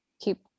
keep